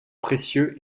précieux